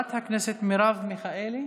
חברת הכנסת מרב מיכאלי,